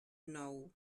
nou